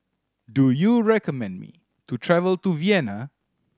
do you recommend me to travel to Vienna